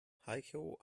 heiko